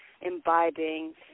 imbibing